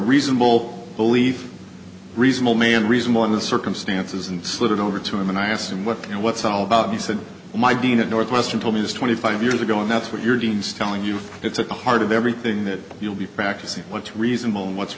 reasonable belief reasonable man reasonable in the circumstances and slid it over to him and i asked him what you know what's it all about he said my dean at northwestern told me this twenty five years ago and that's what your deans telling you it's a heart of everything that you'll be back to see what's reasonable and what's